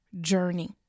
journey